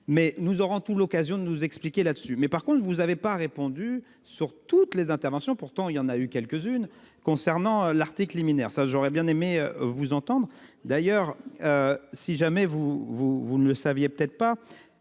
mais nous aurons tout l'occasion de nous expliquer là-dessus mais par contre il vous avez pas répondu sur toutes les interventions. Pourtant il y en a eu quelques-unes. Concernant l'article liminaire ça j'aurais bien aimé vous entendre d'ailleurs. Si jamais vous vous, vous ne le saviez peut-être pas,